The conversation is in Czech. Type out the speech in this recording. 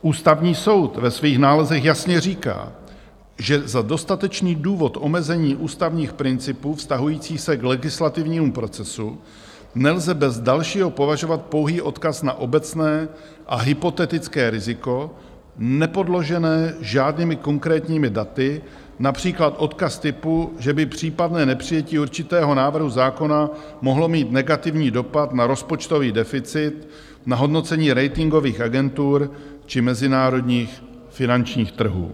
Ústavní soud ve svých nálezech jasně říká, že za dostatečný důvod k omezení ústavních principů vztahujících se k legislativnímu procesu nelze bez dalšího považovat pouhý odkaz na obecné a hypotetické riziko nepodložené žádnými konkrétními daty, například odkaz typu, že by případné nepřijetí určitého návrhu zákona mohlo mít negativní dopad na rozpočtový deficit, na hodnocení ratingových agentur či mezinárodních finančních trhů.